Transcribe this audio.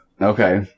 Okay